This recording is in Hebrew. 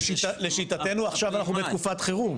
--- לשיטתנו עכשיו אנחנו בתקופת חירום,